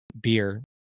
beer